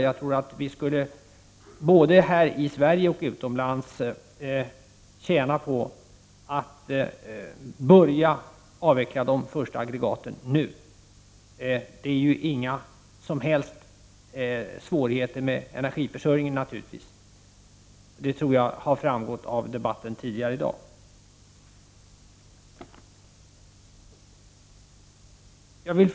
Jag tror att vi, både här i Sverige och utomlands, skulle tjäna på att börja avveckla de första aggregaten nu. Det är naturligtvis inga som helst svårigheter med energiförsörjningen. Det tror jag har framgått av debatten tidigare i dag. Herr talman!